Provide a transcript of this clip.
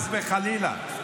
חס וחלילה,